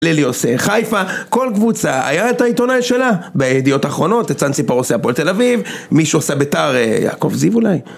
לליוסי חיפה, כל קבוצה היה את העיתונאי שלה בידיעות האחרונות, אצן סיפרוסי הפול תל אביב, מישהו עושה בתאר, יעקב זיב אולי?